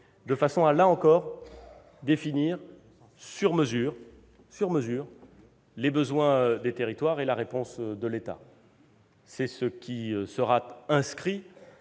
de façon, là encore, à définir sur mesure les besoins des territoires et la réponse de l'État. C'est ce qui sera inscrit